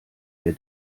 der